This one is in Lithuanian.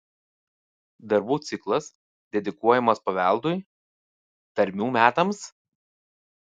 darbų ciklas dedikuojamas paveldui tarmių metams